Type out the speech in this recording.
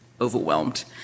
overwhelmed